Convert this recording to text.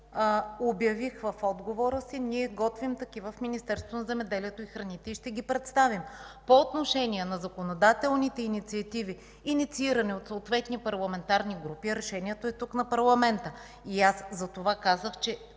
обявих в отговора си, готвим такива в Министерството на земеделието и храните и ще ги представим. По отношение на законодателните инициативи, инициирани от съответните парламентарни групи, решението е тук, в парламента. Затова казах, че